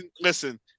Listen